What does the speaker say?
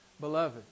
Beloved